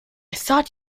thought